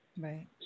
Right